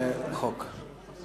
הצעת החוק.